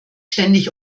ständig